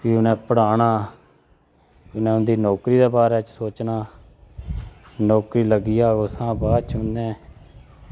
फ्ही उ'नैं पढ़ाना फ्ही उ'ने ओह्दी नौकरी दै बारे च सोचना नौकरी लग्गी जाह्ग ओह्दे शा बाद